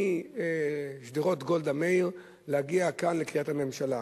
משדרות גולדה מאיר להגיע לכאן לקריית-הממשלה.